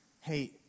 hey